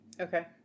Okay